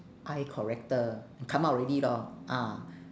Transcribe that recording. eye corrector come out already lor ah